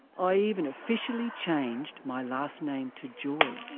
i even officially changed my last name to joy.